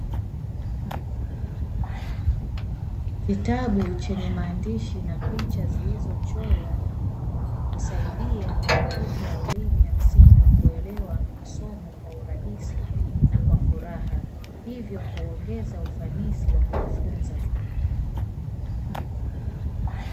Kitabu chenye maandishi na picha zilizochorwa, husaidia watoto wa elimu ya msingi kuelewa masomo kwa urahisi na kwa furaha hivyo kuongeza ufanisi wa kujifunza.